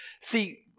See